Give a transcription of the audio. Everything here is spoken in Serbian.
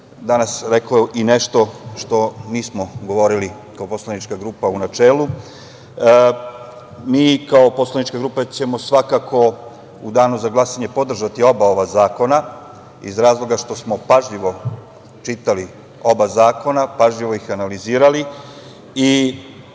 danas rekao i nešto što nismo govorili kao poslanička grupa, u načelu. Mi kao poslanička grupa ćemo svakako u danu za glasanje podržati oba ova zakona iz razloga što smo pažljivo čitali oba zakona, pažljivo ih analizirali, i